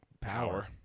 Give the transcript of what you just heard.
power